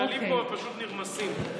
הכללים פה פשוט נרמסים.